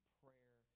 prayer